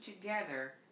together